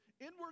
inward